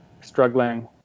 struggling